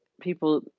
people